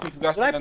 יש מפגש של אנשים.